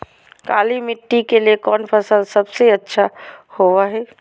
काली मिट्टी के लिए कौन फसल सब से अच्छा होबो हाय?